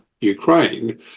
Ukraine